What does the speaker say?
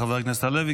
תודה לחבר הכנסת הלוי.